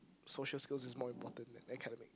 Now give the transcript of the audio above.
social skills is more important than academic